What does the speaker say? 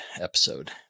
episode